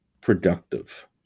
productive